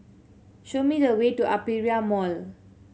show me the way to Aperia Mall